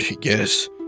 Yes